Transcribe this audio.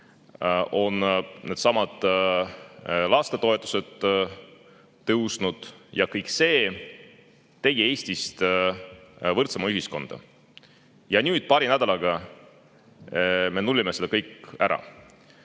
needsamad lastetoetused. Kõik see tegi Eestist võrdsema ühiskonna. Aga nüüd paari nädalaga me nullime selle kõik ära.